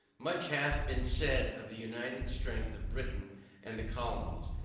much hath been said of the united strength of britain and the colonies,